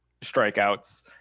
strikeouts